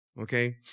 Okay